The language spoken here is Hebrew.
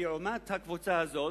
לעומת הקבוצה הזאת,